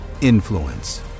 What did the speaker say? influence